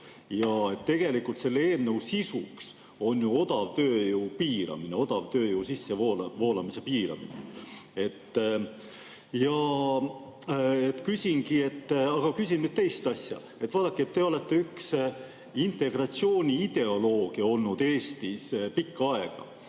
Tegelikult selle eelnõu sisuks on odavtööjõu piiramine, odavtööjõu sissevoolamise piiramine. Ja ma küsin nüüd teist asja. Vaadake, te olete üks integratsiooniideolooge olnud Eestis pikka aega.